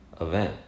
event